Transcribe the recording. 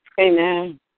Amen